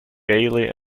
gaily